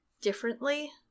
differently